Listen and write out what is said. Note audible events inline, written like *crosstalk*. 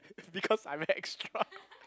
*laughs* it's because I'm an extra